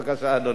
בבקשה, אדוני.